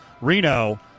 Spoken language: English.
Reno